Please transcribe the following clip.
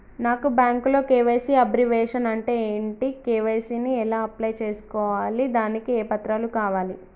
నాకు బ్యాంకులో KYC abbreviation అంటే ఏంటి కే.వై.సీ ని ఎలా అప్లై చేసుకోవాలి దానికి ఏ పత్రాలు కావాలి?